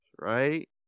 right